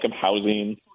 housing